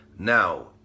Now